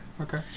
Okay